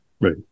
Right